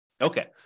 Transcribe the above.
Okay